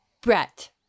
Brett